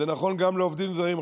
וזה נכון גם לעובדים הזרים.